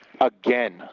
again